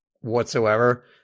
whatsoever